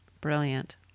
Brilliant